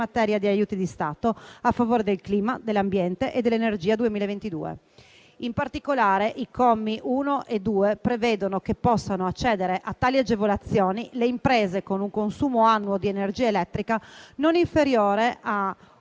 In particolare, i commi 1 e 2 prevedono che possano accedere a tali agevolazioni le imprese con un consumo annuo di energia elettrica non inferiore a un